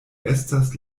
estas